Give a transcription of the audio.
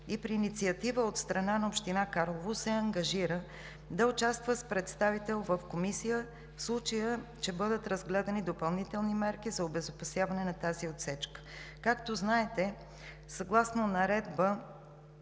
и при инициатива от страна на община Карлово се ангажира да участва с представител в комисия, в случай че бъдат разгледани допълнителни мерки за обезопасяване на тази отсечка. Съгласно Наредба